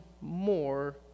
more